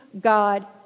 God